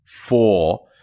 four